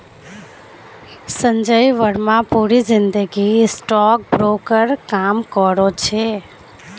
संजय बर्मा पूरी जिंदगी stock broker काम करो छे